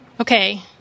Okay